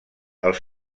als